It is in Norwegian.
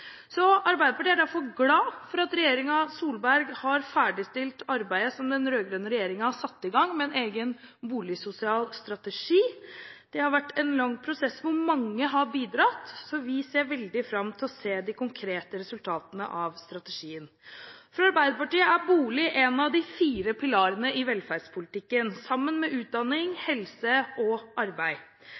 så vi ser veldig fram til å se de konkrete resultatene av strategien. For Arbeiderpartiet er bolig en av de fire pilarene i velferdspolitikken, sammen med utdanning, helse og arbeid.